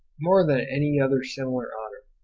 more than any other similar honour.